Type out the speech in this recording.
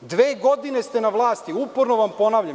Dve godine ste na vlasti, uporno vam ponavljam.